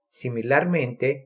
similarmente